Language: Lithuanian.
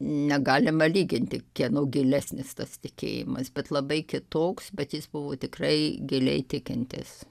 negalima lyginti kieno gilesnis tas tikėjimas bet labai kitoks bet jis buvo tikrai giliai tikintis